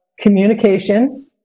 communication